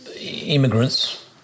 immigrants